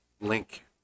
link